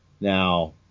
Now